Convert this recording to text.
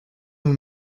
nous